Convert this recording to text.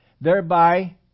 thereby